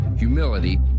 Humility